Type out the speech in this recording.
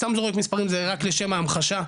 סתם זרקתי מספרים רק לשם ההמחשה,